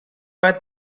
but